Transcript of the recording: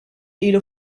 ilu